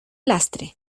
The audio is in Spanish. lastre